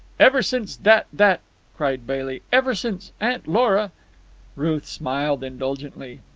ever since that that cried bailey. ever since aunt lora ruth smiled indulgently.